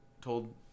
Told